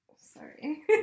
sorry